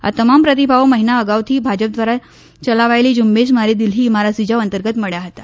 આ તમામ પ્રતિભાવો મહિના અગાઉથી ભાજપ દ્વારા ચલાવાયેલી ઝુંબેશ મારી દિલ્ફી મારા સુઝાવ અંતર્ગત મળ્યા હતા